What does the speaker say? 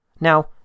Now